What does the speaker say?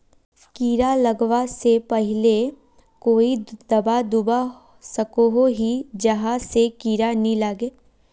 कीड़ा लगवा से पहले कोई दाबा दुबा सकोहो ही जहा से कीड़ा नी लागे?